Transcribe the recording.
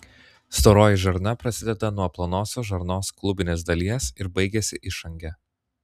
storoji žarna prasideda nuo plonosios žarnos klubinės dalies ir baigiasi išange